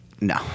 No